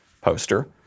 poster